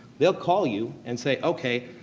they'll call you and say, okay.